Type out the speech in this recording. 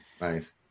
Nice